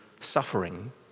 suffering